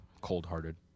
cold-hearted